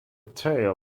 tail